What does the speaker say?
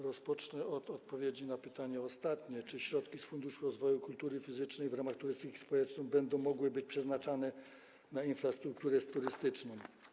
Rozpocznę od odpowiedzi na pytanie ostatnie: Czy środki z Funduszu Rozwoju Kultury Fizycznej w ramach turystyki społecznej będą mogły być przeznaczane na infrastrukturę turystyczną?